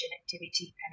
activity